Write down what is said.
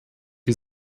wie